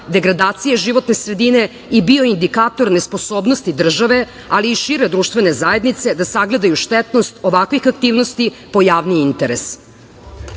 degradacije životne sredine i bio indikator nesposobnosti države, ali i šire društvene zajednice da sagledaju štetnost ovakvih aktivnosti po javni interes. Takođe,